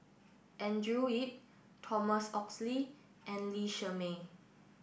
Andrew Yip Thomas Oxley and Lee Shermay